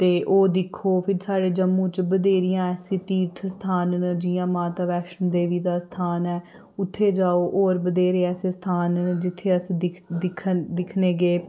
ते ओह् दिक्खो फिर साढ़े जम्मू च बथ्हेरियां ऐसे तीर्थ स्थान न जियां माता वैश्णो देवी दा स्थान ऐ उत्थै जाओ होर बथ्हेरे ऐसे स्थान न जित्थें अस दिक्खन दिक्खने गे